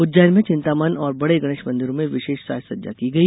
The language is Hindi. उज्जैन में चिंतामंन और बड़े गणेश मंदिरों में विशेष साज सज्जा की गई